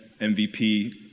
MVP